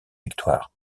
victoire